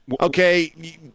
okay